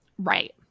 Right